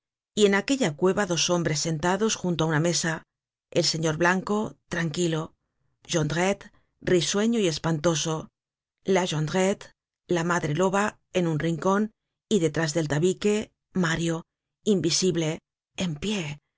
y en aquella cueva dos hombres sentados juntos á una mesa el señor blanco tranquilo jondrette risueño y espantoso la jondrette la madre loba en un rincon y detrás del tabique mario invisible en pie